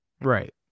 Right